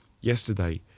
Yesterday